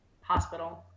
hospital